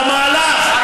על המהלך.